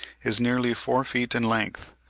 is nearly four feet in length,